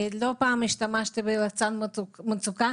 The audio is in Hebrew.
ולא פעם השתמשתי בלחצן מצוקה,